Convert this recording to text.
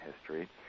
history